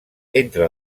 entre